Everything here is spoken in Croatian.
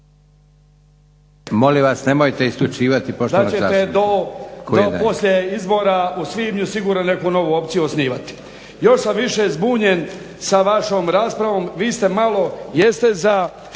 **Milinković, Stjepan (HDZ)** Da ćete do poslije izbora u svibnju sigurno neku novu opciju osnivati. Još sam više zbunjen sa vašom raspravom, vi ste malo jeste za